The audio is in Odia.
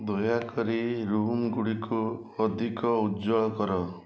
ଦୟାକରି ରୁମ୍ ଗୁଡ଼ିକୁ ଅଧିକ ଉଜ୍ଜ୍ଵଳ କର